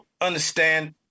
understand